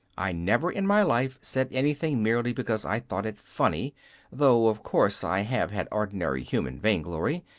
i never in my life said anything merely because i thought it funny though of course, i have had ordinary human vainglory,